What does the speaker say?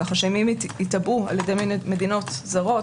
כך שאם הם ייתבעו על ידי מדינות זרות